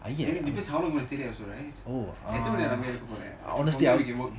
ஐயா:aiya eh honestly